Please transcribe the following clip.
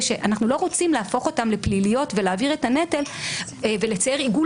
שאנחנו לא רוצים להפוך אותן לפליליות ולהעביר את הנטל ולצייר עיגול